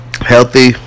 Healthy